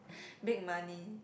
big money